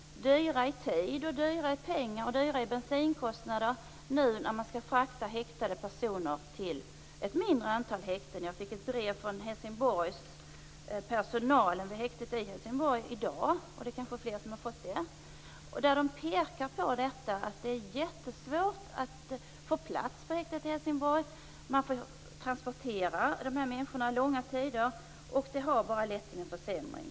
De är dyra i tid och dyra i pengar, och de är dyra i bensinkostnader nu när man skall frakta häktade personer till ett mindre antal häkten. Jag fick ett brev från personalen vid Helsingborgs häkte i dag. Det är kanske fler som har fått det. Den pekar på att det jättesvårt att få plats på häktet i Helsingborg. Man får transportera dessa människor långa tider. Förändringen har bara lett till en försämring.